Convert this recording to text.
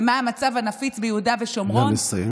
ואת המצב הנפיץ ביהודה ושומרון,